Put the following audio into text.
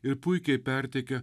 ir puikiai perteikia